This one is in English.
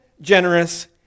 generous